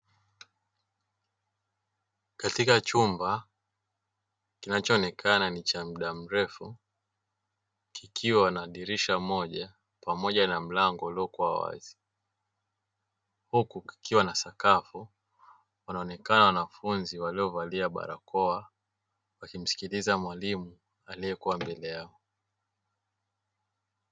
Katika chumba kinachoonekana ni cha mda mrefu kikiwa na dirisha moja pamoja na mlango uliyokua wazi, huku kukiwa na sakafu wanaonekana wanafunzi waliyovalia barakoa wakimsikiliza mwalimu aliyekua mbele yao.